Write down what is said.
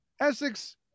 Essex